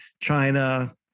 China